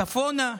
וצפונה,